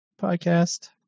podcast